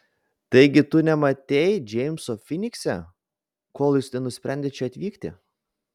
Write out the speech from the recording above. taigi tu nematei džeimso finikse kol jis nenusprendė čia atvykti